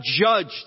judged